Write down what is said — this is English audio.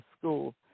school